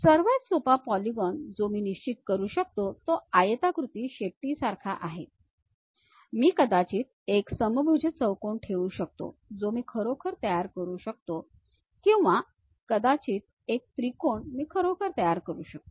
सर्वात सोपा पॉलीगॉन जो मी निश्चित करू शकतो तो आयताकृती शेपटी सारखा आहे मी कदाचित एक समभुज चौकोन ठेवू शकतो जो मी खरोखर तयार करू शकतो किंवा कदाचित एक त्रिकोण मी खरोखर तयार करू शकतो